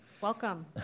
Welcome